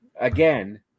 Again